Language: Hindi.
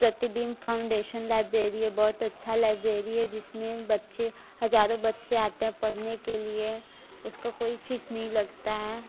प्रतिबिम्ब फाउन्डेशन लाइब्रेरी है बहुत अच्छा लाइब्रेरी है जिसमें बच्चे हज़ारों बच्चे आते हैं पढ़ने के लिए उसका कोई फीस नहीं लगता है